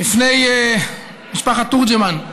בפני משפחת תורג'מן,